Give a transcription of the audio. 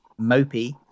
mopey